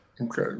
Okay